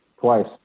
twice